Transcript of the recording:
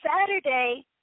Saturday